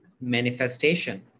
manifestation